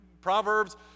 Proverbs